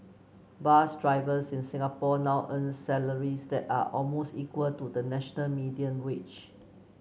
bus drivers in Singapore now earn salaries that are almost equal to the national median wage